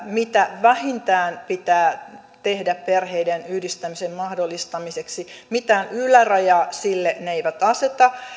mitä vähintään pitää tehdä perheiden yhdistämisen mahdollistamiseksi mitään ylärajaa sille ne eivät aseta